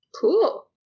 Cool